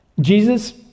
Jesus